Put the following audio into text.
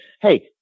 Hey